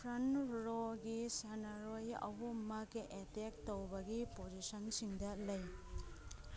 front ꯔꯣꯒꯤ ꯁꯥꯟꯅꯔꯣꯏ ꯑꯍꯨꯝꯃꯛ ꯑꯦꯠꯇꯦꯛ ꯇꯧꯕꯒꯤ ꯄꯣꯖꯤꯁꯟꯁꯤꯡꯗ ꯂꯩ